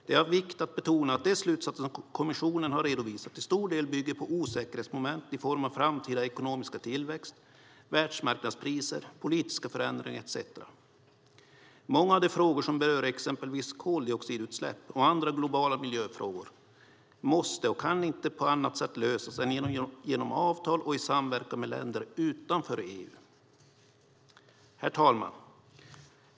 Det är av vikt att betona att de slutsatser som kommissionen har redovisat till stor del bygger på osäkerhetsmoment i form av framtida ekonomisk tillväxt, världsmarknadspriser, politiska förändringar etcetera. Många av de frågor som berör exempelvis koldioxidutsläpp och andra globala miljöfrågor måste lösas - och de kan inte lösas på annat sätt - genom avtal och i samverkan med länder utanför EU. Herr talman!